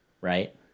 right